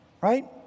Right